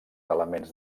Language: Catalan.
elements